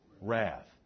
wrath